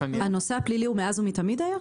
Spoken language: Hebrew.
הנושא הפלילי היה מאז ומתמיד?